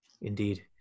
Indeed